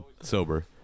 sober